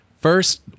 first